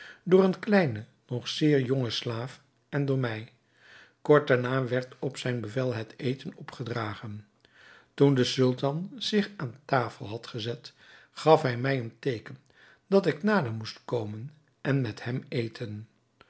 door een kleinen nog zeer jongen slaaf en door mij kort daarna werd op zijn bevel het eten opgedragen toen de sultan zich aan tafel had gezet gaf hij mij een teeken dat ik nader moest komen en met hem eten